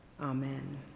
amen